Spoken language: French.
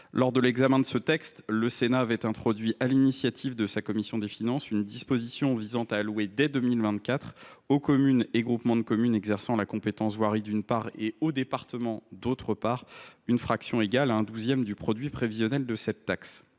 Lors de l’examen de ce texte, le Sénat avait introduit, sur l’initiative de sa commission des finances, une disposition visant à allouer dès 2024 aux communes et groupements de communes exerçant la compétence voirie, d’une part, et aux départements, d’autre part, une fraction égale à un douzième du produit prévisionnel de la taxe.